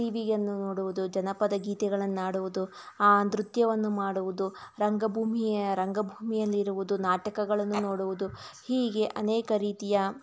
T ವಿಯನ್ನು ನೋಡುವುದು ಜನಪದ ಗೀತೆಗಳನ್ನು ಹಾಡುವುದು ನೃತ್ಯವನ್ನು ಮಾಡುವುದು ರಂಗಭೂಮಿ ರಂಗಭೂಮಿಯಲ್ಲಿರುವುದು ನಾಟಕಗಳನ್ನು ನೋಡುವುದು ಹೀಗೆ ಅನೇಕ ರೀತಿಯ